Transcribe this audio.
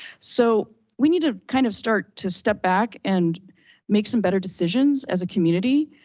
so we need to kind of start to step back and make some better decisions as a community.